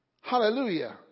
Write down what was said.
Hallelujah